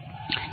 તો જવાબ હા છે